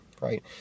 right